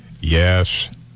Yes